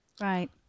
Right